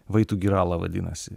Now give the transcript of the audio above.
vai tu girala vadinasi